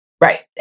Right